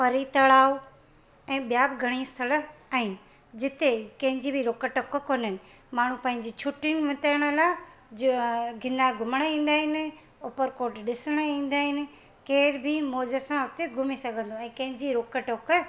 परी तणाव ऐं ॿिया बि घणेई स्थण आहिनि जिते कंहिंजी बि रोक टोक कोन्हेनि माण्हू पंहिंजी छुटियुनि बिताइण लाइ ज गिरनार घुमण ईंदा आहिनि ऊपरकोट ॾिसण ईंदा आहिनि केर बि मौज सां हुते घुमी सघंदो आहे कंहिंजी रोक टोक